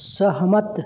सहमत